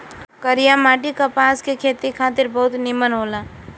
करिया माटी कपास के खेती खातिर बहुते निमन होला